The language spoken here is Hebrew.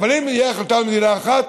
אבל אם תהיה החלטה על מדינה אחת,